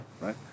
Right